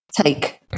take